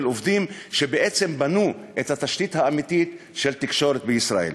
עובדים שבעצם בנו את התשתית האמיתית של התקשורת בישראל.